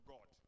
God